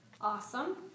Awesome